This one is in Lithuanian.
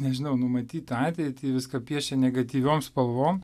nežinau numatyt tą ateitį viską piešia negatyviom spalvom